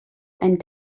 and